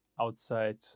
outside